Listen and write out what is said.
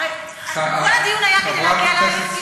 הרי כל הדיון היה כדי להגיע להליך גישור.